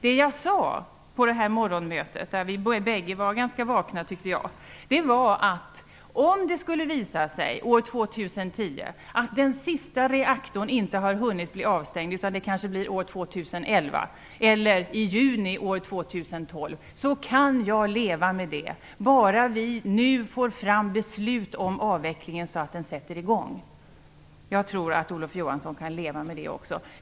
Det jag sade på morgonmötet - jag var ganska vaken, tycker jag - var att om det år 2010 skulle visa sig att den sista reaktorn inte har hunnit bli avstängd utan det kanske blir aktuellt år 2011 eller i juni 2012, så kan jag leva med det, bara vi nu får fram beslut om att avvecklingen skall sättas i gång. Jag tror att Olof Johansson kan leva med det också.